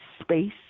space –